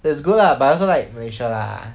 that's good lah but also like malaysia lah